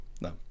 no